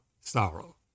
sorrow